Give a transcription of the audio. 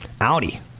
Audi